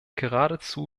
geradezu